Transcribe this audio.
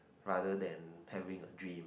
rather than having a dream